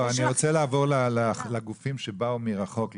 לא, אני רוצה לעבור לגופים שבאו מרחוק לדבר.